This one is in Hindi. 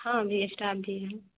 हाँ मेरा इस्टाफ भी है